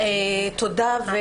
תודה רבה, כבוד היושב-ראש.